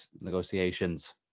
negotiations